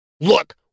Look